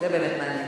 זה באמת מעניין.